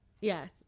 Yes